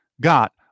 got